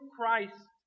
Christ